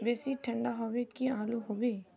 बेसी ठंडा होबे की आलू होबे